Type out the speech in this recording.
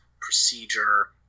procedure